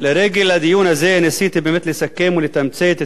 לרגל הדיון הזה ניסיתי באמת לסכם ולתמצת את